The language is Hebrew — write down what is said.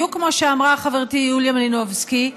בדיוק כמו שאמרה חברתי יוליה מלינובסקי,